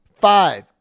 five